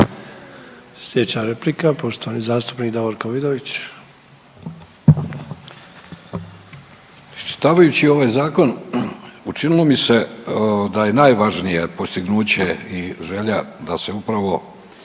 Sljedeća replika poštovani zastupnik Davorko Vidović. **Vidović, Davorko (SDP)** Iščitavajući ovaj zakon učinilo mi se da je najvažnije postignuće i želja da se upravo